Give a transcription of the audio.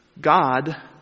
God